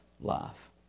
life